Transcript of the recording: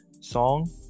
song